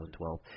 2012